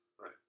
Right